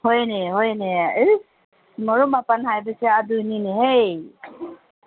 ꯍꯣꯏꯅꯦ ꯍꯣꯏꯅꯦ ꯏꯁ ꯃꯔꯨꯞ ꯃꯄꯥꯡ ꯍꯥꯏꯕꯁꯦ ꯑꯗꯨꯅꯤꯅꯦꯍꯦ